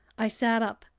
i sat up.